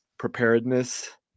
preparedness